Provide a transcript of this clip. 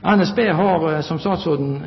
NSB har, som statsråden